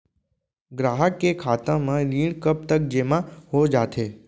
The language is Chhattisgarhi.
ग्राहक के खाता म ऋण कब तक जेमा हो जाथे?